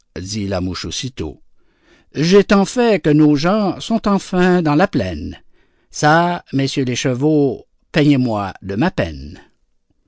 la mouche aussitôt j'ai tant fait que nos gens sont enfin dans la plaine çà messieurs les chevaux payez-moi de ma peine